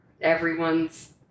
everyone's